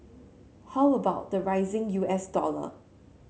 how about the rising U S dollar